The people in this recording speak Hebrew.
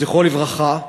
זכרו לברכה.